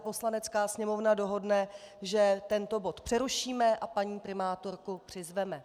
Poslanecká sněmovna dohodne, že tento bod přerušíme a paní primátorku přizveme.